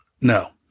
No